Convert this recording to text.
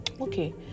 okay